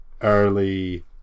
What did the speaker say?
early